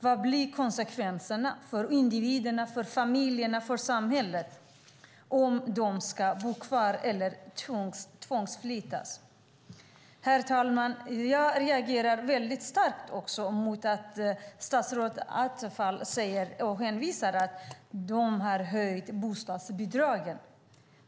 Vad blir konsekvenserna för individerna, familjerna och samhället? Ska de bo kvar eller tvångsflyttas? Herr talman! Jag reagerar också väldigt starkt mot att statsrådet Attefall hänvisar till att man har höjt bostadsbidragen.